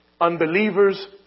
Unbelievers